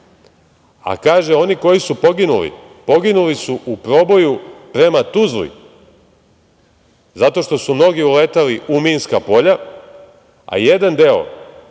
a oni koji su poginuli, poginuli su u proboju prema Tuzli zato što su mnogi uletali u minska polja, a jedan deo